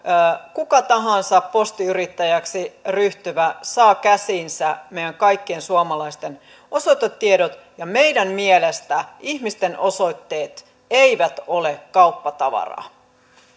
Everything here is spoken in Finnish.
kuka tahansa postiyrittäjäksi ryhtyvä saa käsiinsä meidän kaikkien suomalaisten osoitetiedot ja meidän mielestämme ihmisten osoitteet eivät ole kauppatavaraa